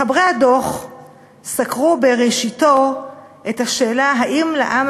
מחברי הדוח סקרו בראשיתו את השאלה אם לעם